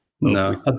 No